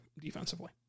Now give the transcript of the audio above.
defensively